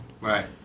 Right